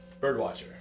Birdwatcher